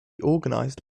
organized